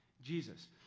Jesus